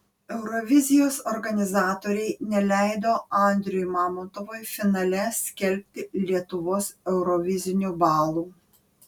eurovizijos organizatoriai neleido andriui mamontovui finale skelbti lietuvos eurovizinių balų